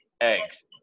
eggs